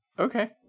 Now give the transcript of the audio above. Okay